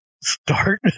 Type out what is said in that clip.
start